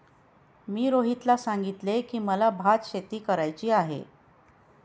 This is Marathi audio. मी रोहितला सांगितले की, मला भातशेती करायची आहे